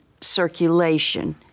circulation